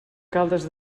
caldes